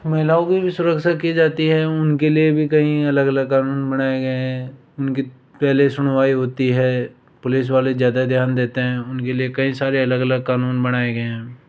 महिलाओं की भी सुरक्षा की जाती है और उनके लिए भी कई अलग अलग कानून बनाए गए हैं उनकी पहले सुनवाई होती है पुलिस वाले ज़्यादा ध्यान देते हैं उनके लिए कई सारे अलग अलग कानून बनाए गए हैं